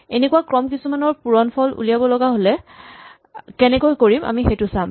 এনেকুৱা ক্ৰম কিছুমানৰ পূৰণফল উলিয়াব লগা হ'লে কেনেকৈ কৰিম আমি সেইটো চাম